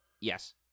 yes